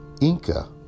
Inca